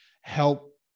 help